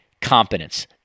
competence